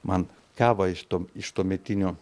man kavą iš to iš tuometinio